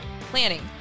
planning